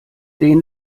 den